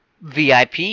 VIP